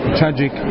tragic